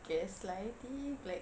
guess loyalty like